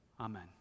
Amen